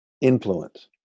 influence